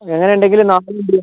എങ്ങനെ ഉണ്ടെങ്കിലും നാല്